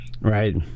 Right